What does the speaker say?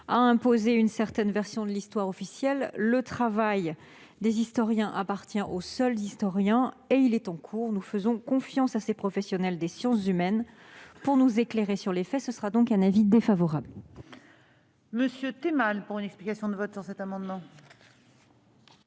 à imposer une certaine version de l'histoire officielle. Le travail des historiens appartient aux seuls historiens, et ce travail est en cours. Nous faisons confiance à ces professionnels des sciences humaines pour nous éclairer sur les faits. Le Gouvernement est donc défavorable